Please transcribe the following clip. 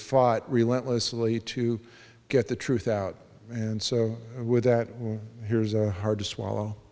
fought relentlessly to get the truth out and so with that here's hard to swallow